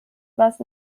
was